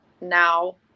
Now